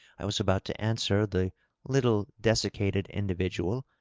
i was about to answer the little desiccated individual,